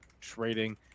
trading